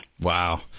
Wow